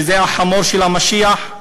שזה החמור של המשיח.